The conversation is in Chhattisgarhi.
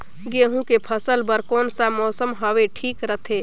गहूं के फसल बर कौन सा मौसम हवे ठीक रथे?